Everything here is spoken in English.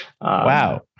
Wow